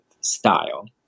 style